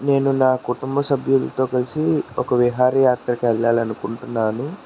నేను నా కుటుంబ సభ్యులతో కలిసి ఒక విహార యాత్రకు వెళ్ళాలనుకుంటున్నాను